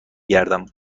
گردم